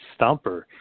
Stomper